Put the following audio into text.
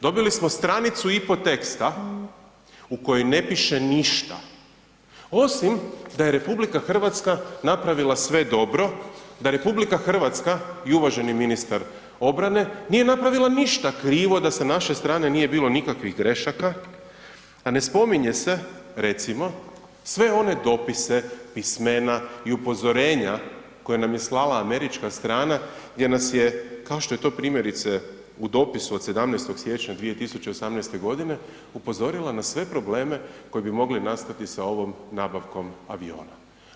Dobili smo stranicu i pol teksta u kojem ne piše ništa, osim da je RH napravila sve dobro, da RH i uvaženi ministar obrane nije napravila ništa krivo, da sa naše strane nije bilo nikakvih grešaka, a ne spominje se, recimo, sve one dopise, pismena i upozorenja koje nam je slala američka strana gdje nas je, kao što je to primjerice u dopisu od 17. siječnja 2018. godine upozorila na sve probleme koji bi mogli nastati sa ovom nabavkom aviona.